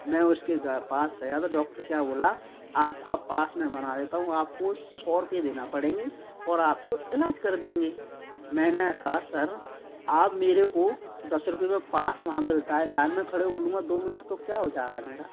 मैं उसके पास गया तो डॉक्टर क्या बोला आपका पास मैं बना देता हूँ आपको सौ रुपए देना पड़ेंगे और आपको इलाज कर देंगे मैंने कहा सर आप मेरे को दस रुपए में पास वहाँ मिलता है लाइन में खड़े हो लूँगा दो मिनट तो क्या हो जा रहा है मेरा